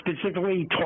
specifically